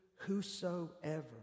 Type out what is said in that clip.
whosoever